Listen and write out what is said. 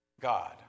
God